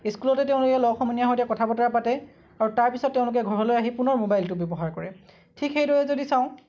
স্কুলতে তেওঁলোকে লগ সমনীয়াৰ সৈতে কথা বতৰা পাতে আৰু তাৰ পিছত তেওঁলোকে ঘৰলৈ আহি পুনৰ ম'বাইলটো ব্যৱহাৰ কৰে ঠিক সেইদৰে যদি চাওঁ